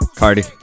cardi